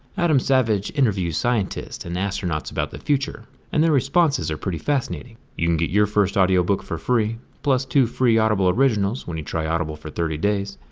adam savage interviews scientists and astronauts about the future and their responses are pretty fascinating. you can get your first audio book for free, plus two free audible originals when you try audible for thirty days.